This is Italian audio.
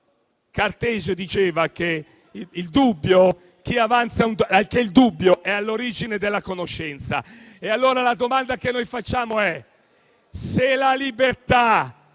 Cartesio diceva che il dubbio è all'origine della conoscenza. Allora, la domanda che facciamo è la seguente: